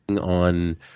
on